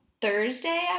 Thursday